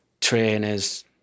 trainers